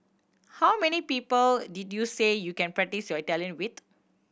how many people did you say you can practise your Italian with